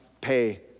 pay